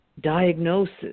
diagnosis